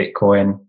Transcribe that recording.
Bitcoin